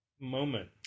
moment